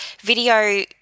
video